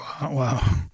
Wow